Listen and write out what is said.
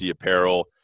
apparel